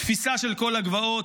תפיסה של כל הגבעות,